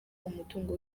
umutungo